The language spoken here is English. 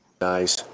Nice